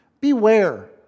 Beware